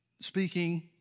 speaking